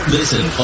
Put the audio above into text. Listen